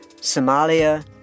Somalia